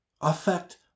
affect